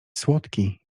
słodki